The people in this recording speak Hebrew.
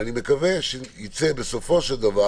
ואני מקווה שבסופו של דבר,